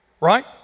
right